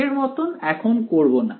আগের মত এখন করবো না